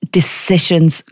decisions